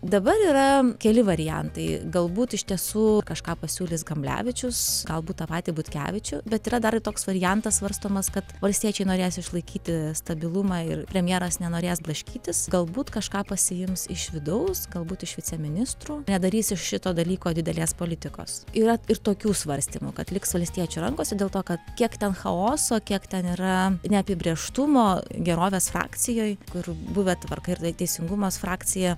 dabar yra keli variantai galbūt iš tiesų kažką pasiūlys kamblevičius galbūt tą patį butkevičių bet yra dar toks variantas svarstomas kad valstiečiai norės išlaikyti stabilumą ir premjeras nenorės blaškytis galbūt kažką pasiims iš vidaus galbūt iš viceministrų nedarys iš šito dalyko didelės politikos yra ir tokių svarstymų kad liks valstiečių rankose dėl to kad kiek ten chaoso kiek ten yra neapibrėžtumo gerovės frakcijoj kur buvę tvarka ir teisingumas frakcija